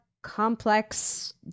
complex